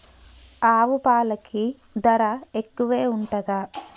ఆవు పాలకి ధర ఎక్కువే ఉంటదా?